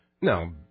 No